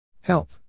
Help